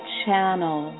channel